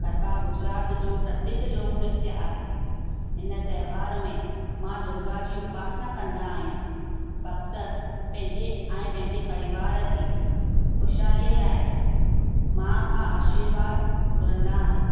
गरबा गुजरात जो प्रसिद्ध लोक नृत्य आहे हिन त्योहार में माउ दुर्गा जी उपासना कंदा आहियूं भक्त पंहिंजे ऐं पंहिंजे परिवार जी ख़ुशहाली लाइ मां खां आशीर्वादु घुरंदा आहिनि